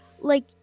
like-